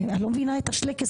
אני לא מבינה את השלייקעס.